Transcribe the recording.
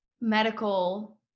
medical